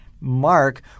Mark